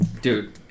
Dude